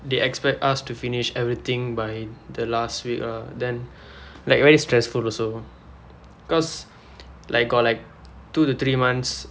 they expect us to finish everything by the last week ah then like very stressful also cause like got like two to three months